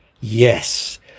Yes